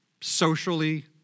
socially